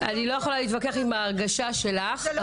--- אני לא יכולה להתווכח עם ההרגשה שלך --- זו לא הרגשה.